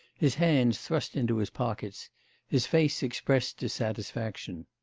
his hands thrust into his pockets his face expressed dissatisfaction.